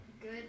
Good